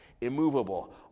immovable